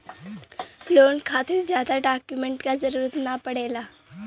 loan खातिर जादा document क जरुरत न पड़ेला